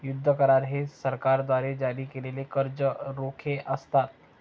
युद्ध करार हे सरकारद्वारे जारी केलेले कर्ज रोखे असतात